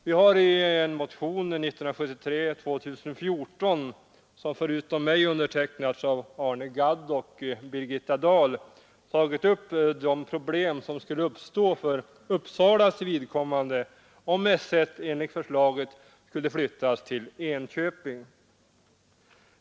Vi har i motionen 2014, som förutom av mig har undertecknats av Arne Gadd och Birgitta Dahl, tagit upp de problem som skulle uppstå för Uppsalas vidkommande om § 1 enligt förslaget skulle flyttas till Enköping.